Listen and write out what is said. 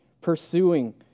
pursuing